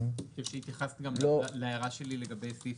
התייחסת להערה שלי לגבי סעיף